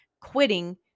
Quitting